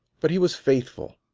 but he was faithful,